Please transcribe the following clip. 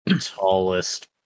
tallest